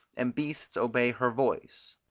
and beasts obey her voice.